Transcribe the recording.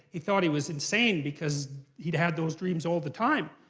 he thought he was insane because he'd have those dreams all the time.